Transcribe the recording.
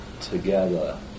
together